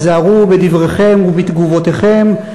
היזהרו בדבריכם ובתגובותיכם,